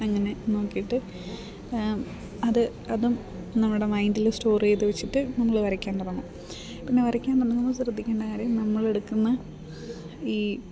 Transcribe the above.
അങ്ങനെ നോക്കിയിട്ട് അത് അതും നമ്മുടെ മൈൻ്റിൽ സ്റ്റോർ ചെയ്തു വെച്ചിട്ട് നമ്മൾ വരയ്ക്കാൻ തുടങ്ങും പിന്നെ വരയ്ക്കാൻ തുടങ്ങുമ്പം ശ്രദ്ധിക്കേണ്ട കാര്യം നമ്മളെടുക്കുന്ന ഈ